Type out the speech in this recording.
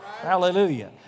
Hallelujah